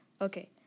Okay